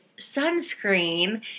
sunscreen